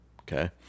okay